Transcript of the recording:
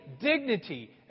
dignity